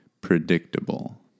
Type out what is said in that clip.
predictable